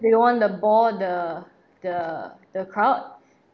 we don't want to bore the the the crowd